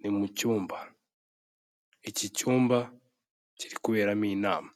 Ni mu cyumba. Iki cyumba kiri kuberamo inama.